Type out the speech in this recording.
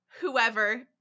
whoever